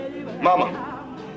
Mama